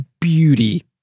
beauty